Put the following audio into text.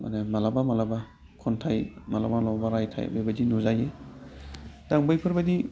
माने माब्लाबा माब्लाबा खन्थाइ माब्लाबा माब्लाबा राइथाय बेबायदि नुजायो दा आं बैफोरबायदि